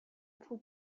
پول